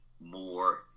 more